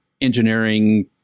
engineering